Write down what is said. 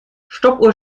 stoppuhr